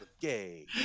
gay